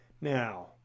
Now